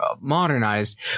modernized